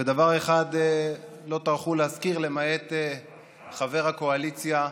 ודבר אחד לא טרחו להזכיר, למעט חבר הקואליציה,